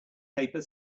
paper